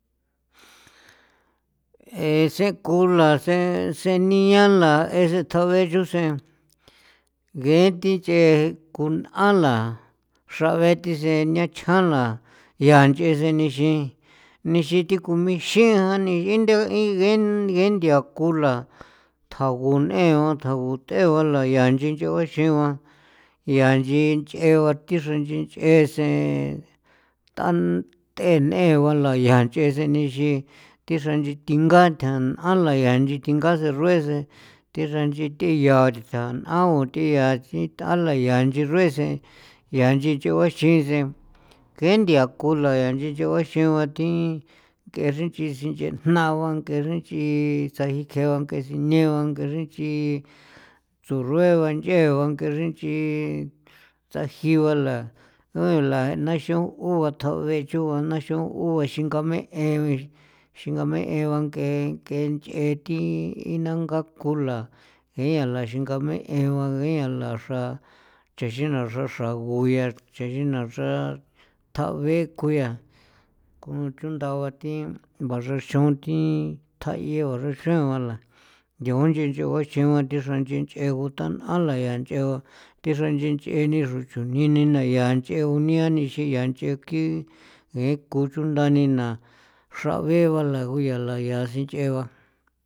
Jee sen kulasen senia la jeesen thjao ncho sen ngee thi nch'ee kun'aala xra be thi sen nechjan la yaa nch'ee sen nixin nixin thi k ixian inthe ngee ngee nthia kula tjagu n'en ba tjagu th'e ba la yaa nchin nch'e juexin guan ya inchin nch'ee ba thi xra nchi nch'ee sen t'an t'enee guaala yaa nch'ee sen nixin thi xra nch'i thjingantha 'an la yaa nchi thinga se xrue sen thi xra inchi thi yaa taala anche xrue sen yaa inchin chue sen ngee thia ku landtha ichi ngee thi chri nchexin jna ba kexree nchri tsjayee thi sine ba ngexre rchji tsorue ba nchee ba kexrenchi tsjaji bala lanaixon u thjabechu bana xon ubexingame'e xingame'e ba ng'ee ng'e nch'ee thi nanganku la jei yaala xingame'e ba ngianla xra chaxina xra xrago yaa chayina ni xra tao bee ku yaa ku chundaa ba thi baxraxaon thi thjayee ba xraxaon la nchaon nchaon chigua thi xra nch'i nch'ee guutan a la xra nch'ee ni xra chujni ni na yaa nch'ee gunia nixin ya nch'e ngee kon chunda ni na xrangee ba ngula layaa sinch'ee ba.